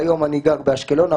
כיום אני גר באשקלון,